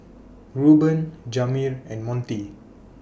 Reuben Jamir and Montie